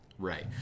Right